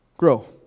Grow